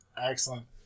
Excellent